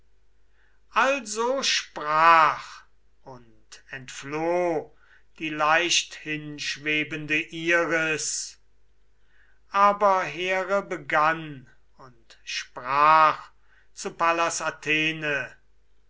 also sprach und entfloh die leichthinschwebende iris aber here begann und sprach zu pallas athene